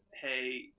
Hey